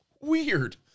Weird